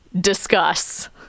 Discuss